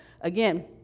again